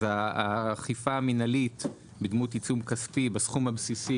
האכיפה המינהלית בדמות עיצום כספי בסכום הבסיסי,